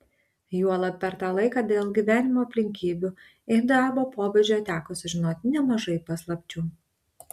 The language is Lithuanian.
juolab per tą laiką dėl gyvenimo aplinkybių ir darbo pobūdžio teko sužinoti nemažai paslapčių